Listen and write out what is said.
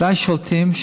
די שולטים.